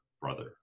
brother